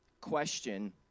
question